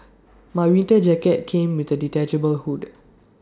my winter jacket came with A detachable hood